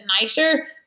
nicer